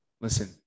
listen